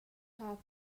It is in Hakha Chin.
hngak